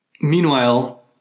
meanwhile